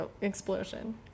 explosion